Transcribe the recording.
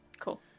Cool